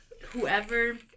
whoever